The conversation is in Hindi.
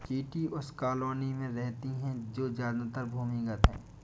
चींटी उस कॉलोनी में रहती है जो ज्यादातर भूमिगत है